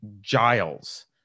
Giles